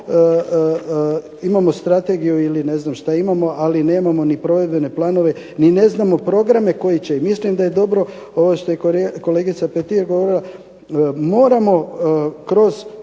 imamo strategiju ili ne znam šta imamo, ali nemamo ni provedbene planove ni ne znamo programe koji će i mislim da je dobro ovo što je kolegica Petir govorila, moramo kroz